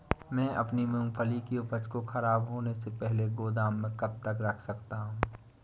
मैं अपनी मूँगफली की उपज को ख़राब होने से पहले गोदाम में कब तक रख सकता हूँ?